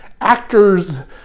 actors